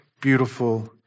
beautiful